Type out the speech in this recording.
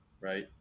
right